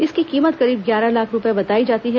इसकी कीमत करीब ग्यारह लाख रूपए बताई जाती है